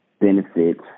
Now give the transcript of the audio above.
benefits